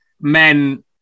men